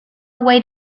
away